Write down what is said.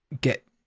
get